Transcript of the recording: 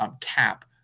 cap